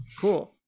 cool